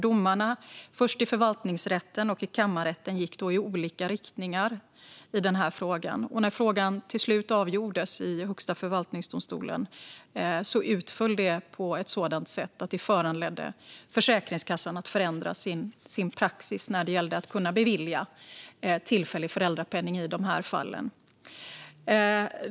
Domarna först i förvaltningsrätten och i kammarrätten gick i olika riktningar i frågan. När frågan till slut avgjordes i Högsta förvaltningsdomstolen utföll det på ett sådant sätt att det föranledde Försäkringskassan att förändra sin praxis när det gällde att kunna bevilja tillfällig föräldrapenning i de fallen.